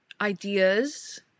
ideas